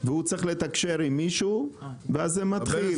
והוא צריך לתקשר עם מישהו ואז זה מתחיל.